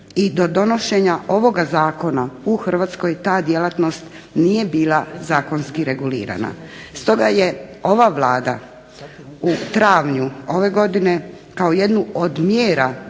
i do donošenja ovog Zakona u Hrvatskoj ta djelatnost nije bila zakonski regulirana. Stoga je ova Vlada u travnju ove godine kao jednu od mjera